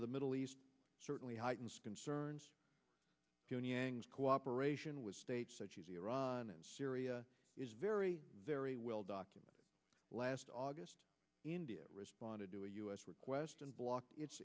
to the middle east certainly heightened concern cooperation with states such as iran and syria is very very well documented last august india responded to a u s request and block